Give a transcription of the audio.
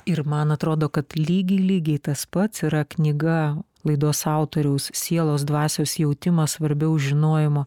ir man atrodo kad lygiai lygiai tas pats yra knyga laidos autoriaus sielos dvasios jautimas svarbiau žinojimo